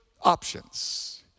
options